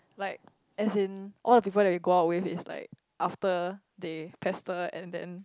like as in all the people that you go out with is like after they pester and then